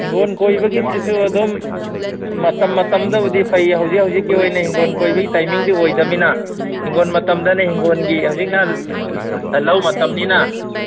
ꯏꯪꯈꯣꯜ ꯀꯣꯏꯕꯒꯤꯁꯤꯁꯨ ꯑꯗꯨꯝ ꯃꯇꯝ ꯃꯇꯝꯗꯕꯨꯗꯤ ꯐꯩ ꯍꯧꯖꯤꯛ ꯍꯧꯖꯤꯛꯀꯤ ꯑꯣꯏꯅ ꯍꯤꯡꯒꯣꯟ ꯀꯣꯏꯕꯒꯤ ꯇꯥꯏꯃꯤꯡꯗꯤ ꯑꯣꯏꯗꯕꯅꯤꯅ ꯏꯪꯈꯣꯜ ꯃꯇꯝꯗꯅ ꯍꯤꯡꯒꯣꯟꯒꯤ ꯍꯧꯖꯤꯛꯅ ꯂꯧ ꯃꯇꯝꯅꯤꯅ